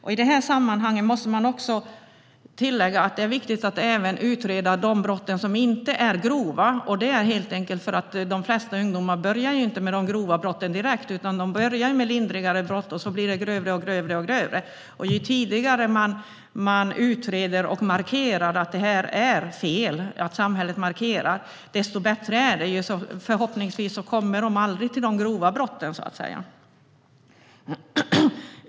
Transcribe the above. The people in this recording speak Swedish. I det här sammanhanget måste också tilläggas att det är viktigt att även utreda de brott som inte är grova. Det är helt enkelt för att de flesta ungdomar inte börjar med de grova brotten direkt; de börjar med lindrigare brott, och så blir det grövre och grövre. Ju tidigare man utreder och ju tidigare samhället markerar att det är fel, desto bättre är det. Förhoppningsvis kommer de då aldrig till de grova brotten.